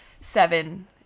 seven